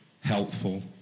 helpful